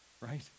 right